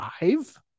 five